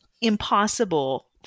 impossible